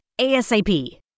ASAP